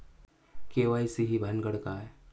KYC ही भानगड काय?